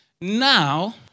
Now